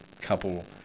couple